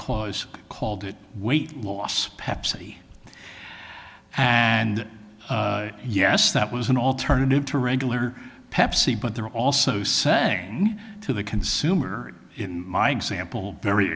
clause called it weight loss pepsi and yes that was an alternative to regular pepsi but they're also saying to the consumer in my example very